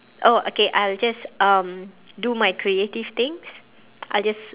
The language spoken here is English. oh okay I'll just um do my creative things I'll just